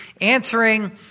answering